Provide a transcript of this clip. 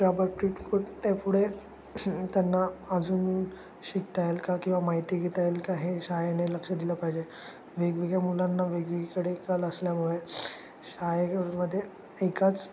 त्या पद्धतीत कुठल्या पुढे त्यांना अजून शिकता येईल का किंवा माहिती घेता येईल का हे शाळेने लक्ष दिलं पाहिजे वेगवेगळ्या मुलांना वेगवेगळीकडे कल असल्यामुळे शाळेमध्ये एकाच